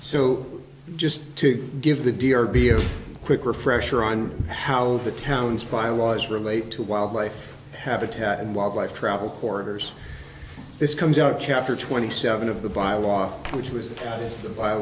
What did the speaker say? so just to give the deer be a quick refresher on how the town's bylaws relate to wildlife habitat and wildlife travel corridors this comes out chapter twenty seven of the bylaw which was